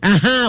Aha